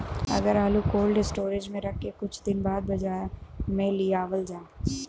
अगर आलू cold storage में रख के कुछ दिन बाद बाजार में लियावल जा?